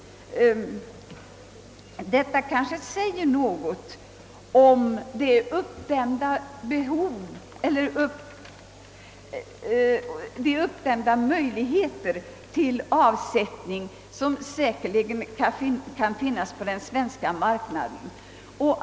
Detta kanske säger något om de möjligheter till avsättning som bör finnas på den svenska marknaden.